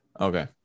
Okay